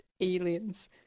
aliens